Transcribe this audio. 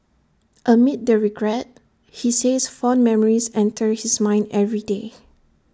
amid the regret he says fond memories enter his mind every day